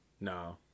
no